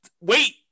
Wait